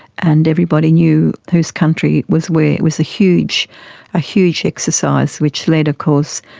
and everybody knew whose country was where. it was a huge ah huge exercise which led, of course,